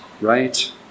right